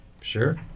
Sure